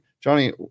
Johnny